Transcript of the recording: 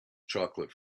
chocolate